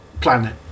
planet